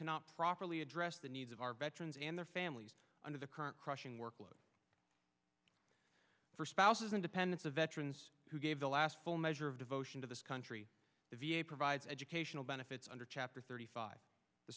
cannot properly address the needs of our veterans and their families under the current crushing workload for spouses and dependence of veterans who gave the last full measure of devotion to this country the v a provides educational benefits under chapter thirty five the